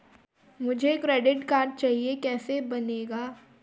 मुझे credit card चाहिए कैसे बनेगा?